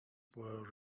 were